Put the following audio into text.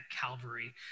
Calvary